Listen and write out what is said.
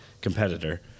competitor